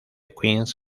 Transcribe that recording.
queens